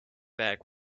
back